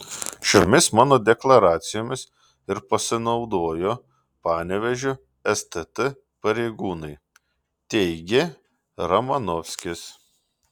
šiomis mano deklaracijomis ir pasinaudojo panevėžio stt pareigūnai teigė romanovskis